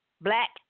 Black